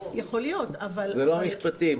יכול להיות, אבל --- זה לא משפטי.